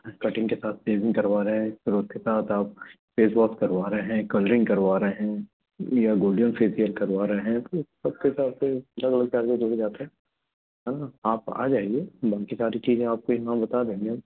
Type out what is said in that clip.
cutting के साथ shaving करवा रहे हैं फ़िर उसके साथ आप फेस वास करवा रहे हैं कलरिंग करवा रहे हैं या गोलडियल फेसियल करवा रहे हैं तो सबके हिसाब से अलग अलग चार्जेस जोड़े जाते हैं है ना आप आ जाइए बाकी सारी चीजें आपको बता देंगे हम